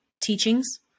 teachings